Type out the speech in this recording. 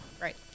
right